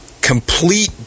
complete